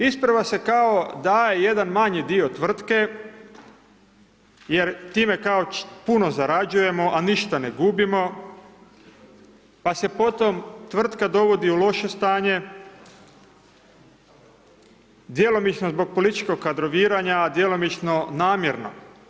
Isprva se kao daje jedan manji dio tvrtke jer time kao puno zarađujemo, a ništa ne gubimo, pa se potom tvrtka dovodi u loše stanje, djelomično zbog političkog kadroviranja, a djelomično namjerno.